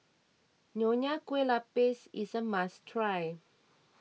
Nonya Kueh Lapis is a must try